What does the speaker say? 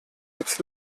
jetzt